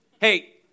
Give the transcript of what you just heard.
Hey